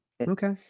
okay